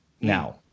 now